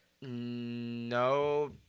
No